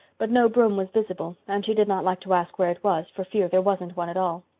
but no broom was visible and she did not like to ask where it was for fear there wasn't one at all.